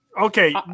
Okay